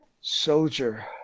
Soldier